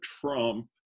Trump